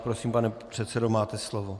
Prosím, pane předsedo, máte slovo.